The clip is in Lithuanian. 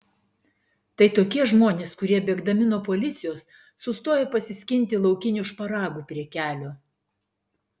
tai tokie žmonės kurie bėgdami nuo policijos sustoja pasiskinti laukinių šparagų prie kelio